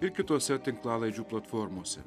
ir kitose tinklalaidžių platformose